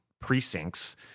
precincts